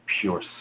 pure